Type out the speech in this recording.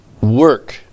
work